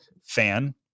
fan